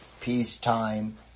peacetime